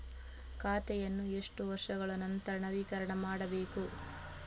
ಖಾತೆಯನ್ನು ಎಷ್ಟು ವರ್ಷಗಳ ನಂತರ ನವೀಕರಣ ಮಾಡಬೇಕು?